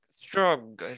strong